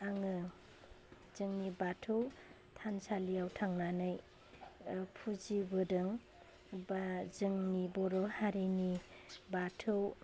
आङो जोंनि बाथौ थानसालियाव थांनानै फुजिबोदों बा जोंनि बर' हारिनि बाथौ